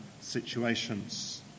situations